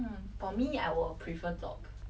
but then I'm kind of scared of